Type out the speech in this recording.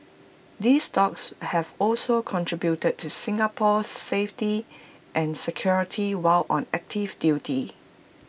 these dogs have also contributed to Singapore's safety and security while on active duty